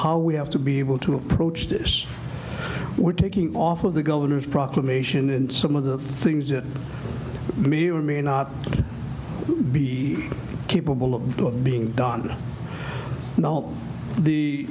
how we have to be able to approach this we're taking off of the governor's proclamation and some of the things that may or may not be capable of doing being done